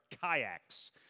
kayaks